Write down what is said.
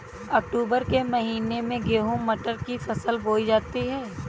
अक्टूबर के महीना में गेहूँ मटर की फसल बोई जाती है